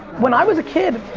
when i was kid.